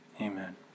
amen